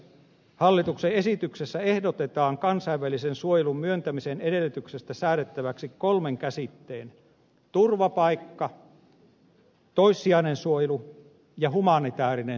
hallituksen esityksessä ehdotetaan kansainvälisen suojelun myöntämisen edellytyksistä säädettäväksi kolmen käsitteen turvapaikka toissijainen suojelu ja humanitäärinen suojelu pohjalta